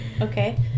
Okay